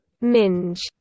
Minge